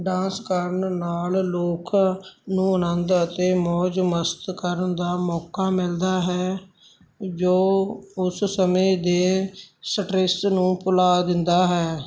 dance ਕਰਨ ਨਾਲ ਲੋਕਾਂ ਨੂੰ ਆਨੰਦ ਅਤੇ ਮੌਜ ਮਸਤ ਕਰਨ ਦਾ ਮੌਕਾ ਮਿਲਦਾ ਹੈ ਜੋ ਉਸ ਸਮੇਂ ਦੇ ਸਟਰੈਸ ਨੂੰ ਭੁਲਾ ਦਿੰਦਾ ਹੈ